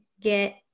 get